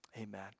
amen